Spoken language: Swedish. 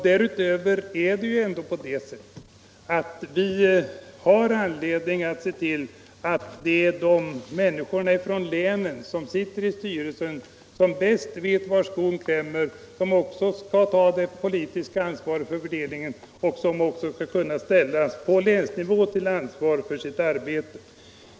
Dessutom har vi ju anledning att se till att det är människor valda från länet som sitter i styrelsen — dessa vet bäst var skon klämmer — och som på länsnivå skall kunna ställas till ansvar för sitt arbete.